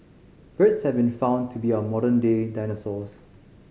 birds have been found to be our modern day dinosaurs